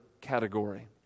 category